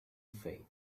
fate